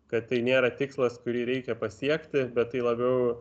kad tai nėra tikslas kurį reikia pasiekti bet tai labiau